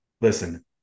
listen